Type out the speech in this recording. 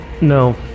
no